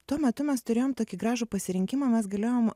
tuo metu mes turėjom tokį gražų pasirinkimą mes galėjom